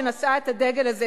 שנשאה את הדגל הזה,